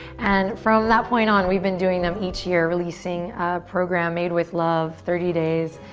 and from that point on we've been doing them each year. releasing a program made with love, thirty days,